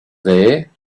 there